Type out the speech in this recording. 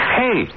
hey